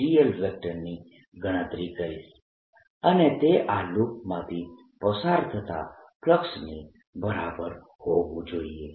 dl ની ગણતરી કરીશ અને તે આ લૂપમાંથી પસાર થતા ફ્લક્સની બરાબર હોવું જોઈએ